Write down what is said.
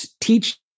teach